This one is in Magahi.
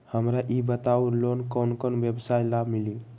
हमरा ई बताऊ लोन कौन कौन व्यवसाय ला मिली?